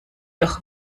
doch